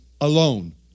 alone